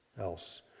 else